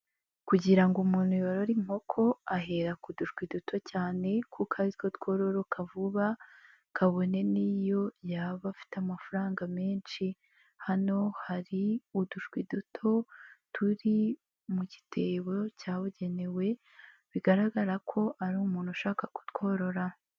Kugira ngo umuntu yorore inkoko ahera ku dushwi duto cyane kuko ari two twororoka vuba kabone n'iyo yaba afite amafaranga menshi, hano hari udushwi duto turi mu gitebo cyabugenewe bigaragara ko ari umuntu ushaka kutworora.